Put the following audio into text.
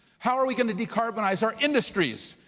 how are we gonna decarbonize our industries?